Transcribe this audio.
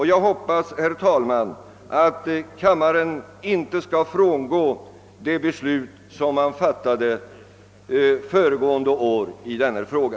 Jag hoppas, herr talman, att kammaren inte skall frångå det beslut man föregående år fattade i denna fråga.